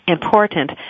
Important